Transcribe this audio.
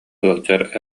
ыалдьар